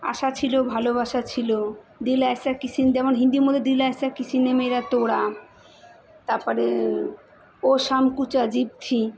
আশা ছিল ভালোবাসা ছিল দিল এয়সা কিসিনে যেমন হিন্দির মধ্যে দিল এয়সা কিসিনে মেরা তোরা তারপরে ও শাম কুছ অজীব থি